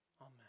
Amen